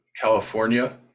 California